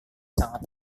sangat